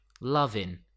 loving